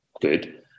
good